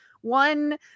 one